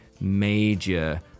major